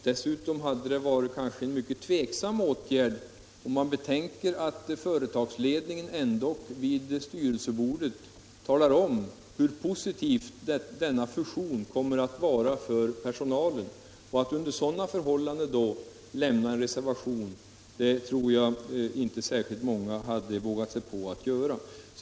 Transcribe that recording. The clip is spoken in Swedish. Dessutom hade det kanske varit en mycket tveksam åtgärd med tanke på att företagsledningen vid styrelsebordet talar om hur positiv denna fusion kommer att vara för personalen. Att under sådana förhållanden lämna en reservation tror jag inte särskilt många hade vågat sig på.